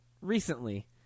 Recently